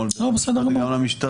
גם על משרד המשפטים וגם על המשטרה.